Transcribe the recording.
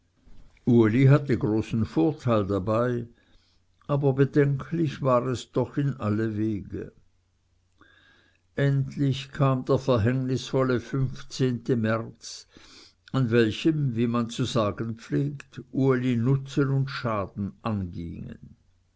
uli hatte großen vorteil dabei aber bedenklich war es doch in alle wege endlich kam der verhängnisvolle fünfzehnte märz an welchem wie man zu sagen pflegt uli nutzen und schaden angingen